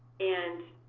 and